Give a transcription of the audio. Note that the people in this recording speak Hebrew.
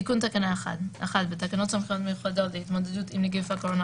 תיקון תקנה 1 1. בתקנות סמכויות מיוחדות להתמודדות עם נגיף הקורונה